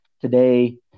today